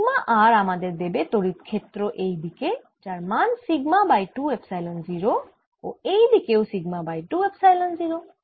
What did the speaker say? sigma r আমাদের দেবে তড়িৎ ক্ষেত্র এই দিকে যার মান সিগমা বাই 2 এপসাইলন 0 ও এই দিকেও সিগমা বাই 2এপসাইলন 0